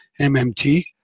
MMT